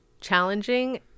challenging